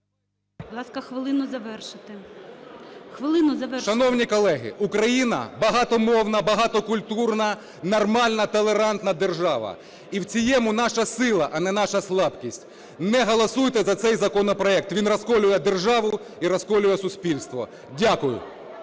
Хвилину завершити. ВІЛКУЛ О.Ю. Шановні колеги, Україна – багатомовна, багатокультурна, нормальна толерантна держава, і в цьому наша сила, а не наша слабкість. Не голосуйте за цей законопроект, він розколює державу і розколює суспільство. Дякую.